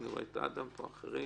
אני רואה פה את אדם ואחרים